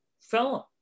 felon